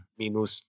minus